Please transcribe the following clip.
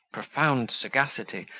profound sagacity,